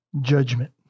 judgment